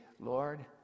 Lord